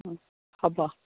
হ'ব